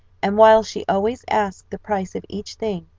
and while she always asked the price of each thing,